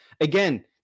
again